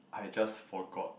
I just forgot